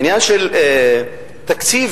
עניין התקציב